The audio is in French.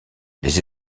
les